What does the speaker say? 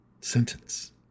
sentence